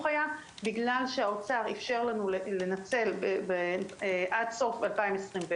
היה בגלל שהאוצר אפשר לנו לנצל עד סוף 2021,